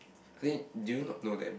I think do you not know them